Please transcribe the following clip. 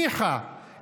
ניחא,